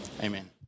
Amen